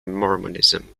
mormonism